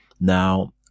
Now